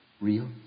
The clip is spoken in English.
real